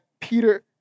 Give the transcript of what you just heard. Peter